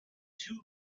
two